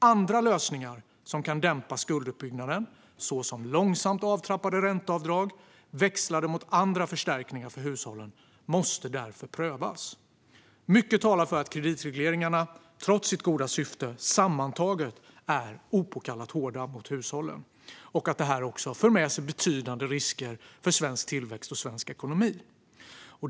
Andra lösningar som kan dämpa skulduppbyggnaden, såsom långsamt avtrappade ränteavdrag växlade mot andra förstärkningar för hushållen, måste därför prövas. Mycket talar för att kreditregleringarna, trots sitt goda syfte, sammantaget är opåkallat hårda mot hushållen och att detta också för med sig betydande risker för svensk tillväxt och svensk ekonomi.